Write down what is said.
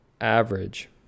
average